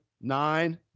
Nine